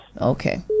Okay